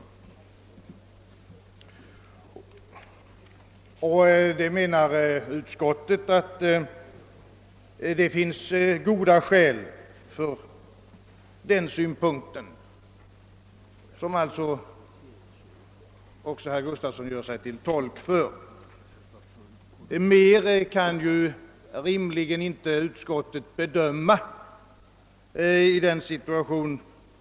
Utskottet menar att det finns goda skäl för denna ståndpunkt, som alltså även herr Gustafsson ställt sig bakom. Mer kan ju utskottet inte säga i nuvarande situation.